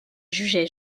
jugeait